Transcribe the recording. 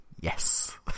yes